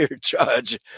judge